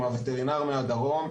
עם הווטרינר מהדרום.